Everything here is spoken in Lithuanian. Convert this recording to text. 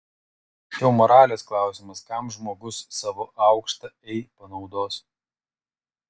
čia jau moralės klausimas kam žmogus savo aukštą ei panaudos